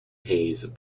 hayes